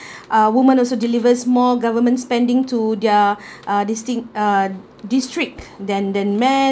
uh woman also delivers more government spending to their uh distinct uh district than than man